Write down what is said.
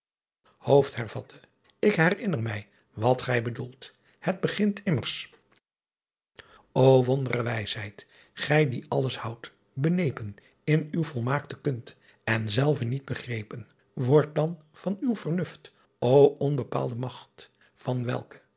ik herinner mij wat gij bedoelt et begint immers o ondre ijsheit ghy die alles houdt benepen n uw volmaakte kund en zelve niet begrepen ord dan van uw vernust o onbepaalde maght an welke